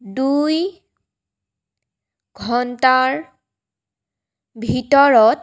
দুই ঘণ্টাৰ ভিতৰত